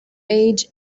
age